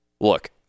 look